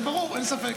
זה ברור, אין ספק.